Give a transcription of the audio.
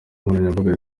nkoranyambaga